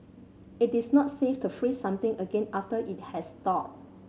it is not safe to freeze something again after it has thawed